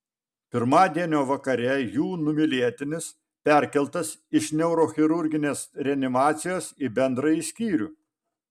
pirmadienio vakare jų numylėtinis perkeltas iš neurochirurginės reanimacijos į bendrąjį skyrių